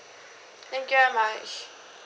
thank you very much